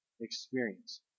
experience